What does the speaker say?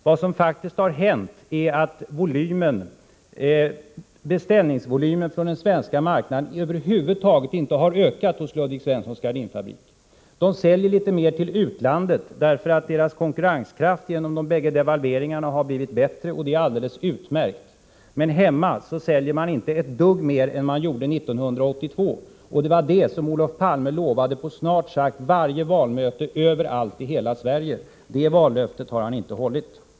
Vad som har hänt är att beställningsvolymen från den svenska marknaden över huvud taget inte har ökat hos Ludvig Svenssons gardinfabrik. Man säljer litet mer till utlandet, därför att konkurrenskraften har blivit bättre genom de båda devalveringarna, och det är alldeles utmärkt. Men hemma säljer man inte ett dugg mer än man gjorde 1982, och det var det som Olof Palme lovade på snart sagt varje valmöte överallt i hela Sverige. Det vallöftet har han inte hållit.